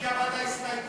דיור בר-השגה לגיל השלישי,